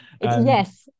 yes